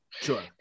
Sure